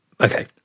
Okay